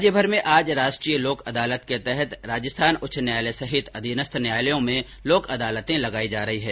राज्यभर में आज राष्ट्रीय लोक अदालत के तहत राजस्थान उच्च न्यायालय सहित अधीनस्थ न्यायालयों में लोक अदालतें लगाई जा रही है